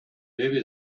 maybe